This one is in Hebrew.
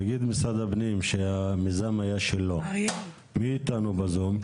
נגיד משרד הפנים שהמיזם היה שלו, מי איתנו בזום?